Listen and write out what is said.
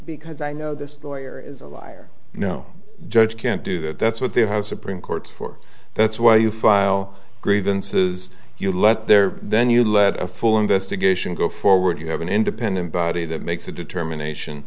because i know this lawyer is a liar no judge can't do that that's what they have supreme court for that's why you file grievances you let their then you let a full investigation go forward you have an independent body that makes a determination